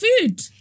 food